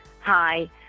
Hi